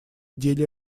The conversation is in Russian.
деле